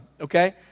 okay